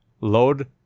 load